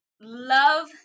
love